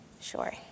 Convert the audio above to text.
Sure